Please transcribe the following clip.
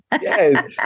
Yes